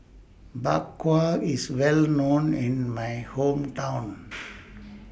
Bak Kwa IS Well known in My Hometown